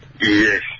yes